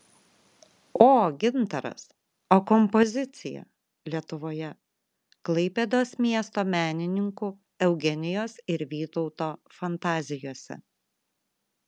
o gintaras o kompozicija lietuvoje klaipėdos miesto menininkų eugenijos ir vytauto fantazijose